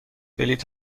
بلیط